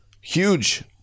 Huge